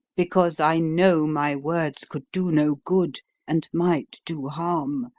because i know my words could do no good and might do harm,